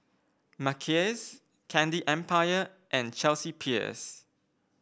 Mackays Candy Empire and Chelsea Peers